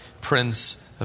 Prince